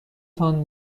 تان